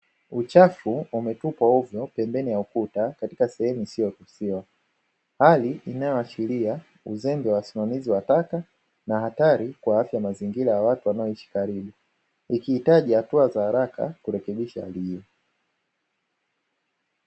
Uchafu umetupwa ovyo pembeni ya ukuta katika sehemu isiyo ruhusiwa, hali inayoashiria uzembe wa wasimamaizi wa taka na hatari kwa afya ya mazingira ya watu wanaoishi karibu, ikihitaji hatua ya haraka kurekebisha hali hiyo.